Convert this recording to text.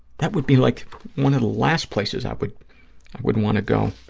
that would be like one of the last places i would would want to go.